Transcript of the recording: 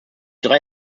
drei